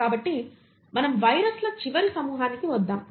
కాబట్టి మనం వైరస్ల చివరి సమూహానికి వద్దాం